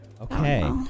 Okay